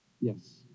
yes